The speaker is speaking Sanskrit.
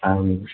अहं